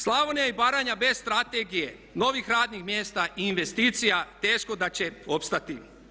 Slavonija i Baranja bez strategije novih radnih mjesta i investicija teško da će opstati.